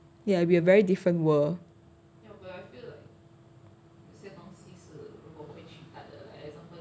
ya it'll be a very different world